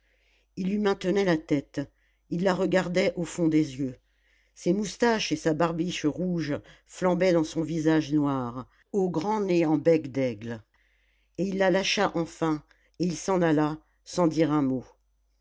il lui maintenait la tête il la regardait au fond des yeux ses moustaches et sa barbiche rouges flambaient dans son visage noir au grand nez en bec d'aigle et il la lâcha enfin et il s'en alla sans dire un mot